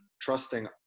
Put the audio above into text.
trusting